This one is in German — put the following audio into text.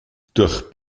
durch